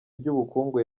ry’ubukungu